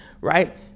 right